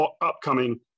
upcoming